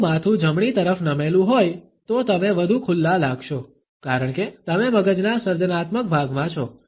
જો માથું જમણી તરફ નમેલું હોય તો તમે વધુ ખુલ્લા લાગશો કારણ કે તમે મગજના સર્જનાત્મક ભાગમાં છો